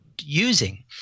using